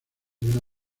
una